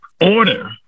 order